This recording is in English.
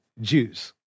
Jews